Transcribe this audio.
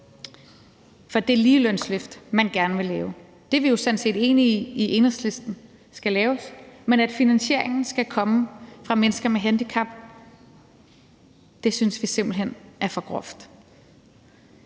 for det ligelønsløft, man gerne vil lave. Det er vi i Enhedslisten sådan set enige skal laves, men at finansieringen skal komme fra mennesker med handicap, synes vi simpelt hen er for groft.